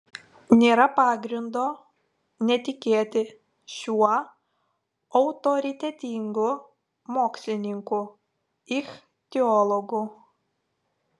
nėra pagrindo netikėti šiuo autoritetingu mokslininku ichtiologu